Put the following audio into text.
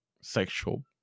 sexual